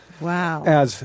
Wow